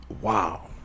wow